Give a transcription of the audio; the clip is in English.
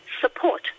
support